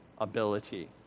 ability